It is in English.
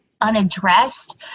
unaddressed